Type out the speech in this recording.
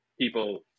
people